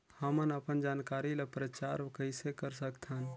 हमन अपन जानकारी ल प्रचार कइसे कर सकथन?